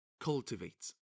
cultivates